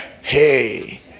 Hey